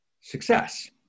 success